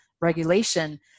regulation